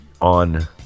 on